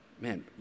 man